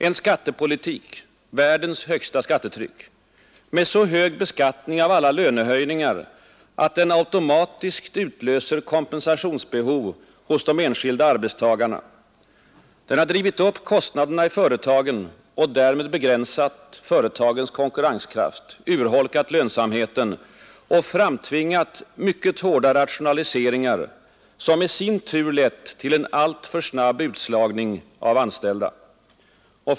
En skattepolitik — världens högsta skattetryck — med så hög beskattning av alla lönehöjningar, att den automatiskt utlöser kompensationsbehov hos de enskilda arbetstagarna. Den har drivit upp kostnaderna i företagen och därmed begränsat deras konkurrenskraft, urholkat deras lönsamhet samt framtvingat mycket hårda rationaliseringar, som i sin tur lett till en alltför snabb utslagning av anställda.